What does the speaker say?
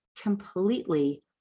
completely